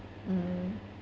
mm